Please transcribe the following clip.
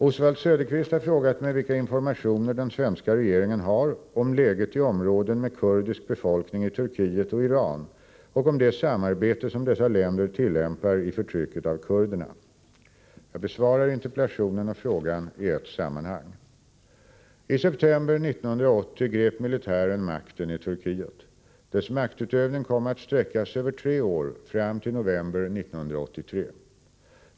Oswald Söderqvist har frågat mig vilka informationer den svenska regeringen har om läget i områden med kurdisk befolkning i Turkiet och Iran och om det samarbete som dessa länder tillämpar i förtrycket av kurderna. Jag besvarar interpellationen och frågan i ett sammanhang. I september 1980 grep militären makten i Turkiet. Dess maktutövning kom att sträcka sig över tre år fram till november 1983.